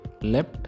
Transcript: left